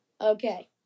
Okay